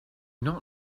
not